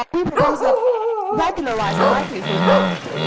we propose a regularized likelihood method.